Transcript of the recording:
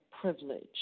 Privilege